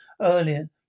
Earlier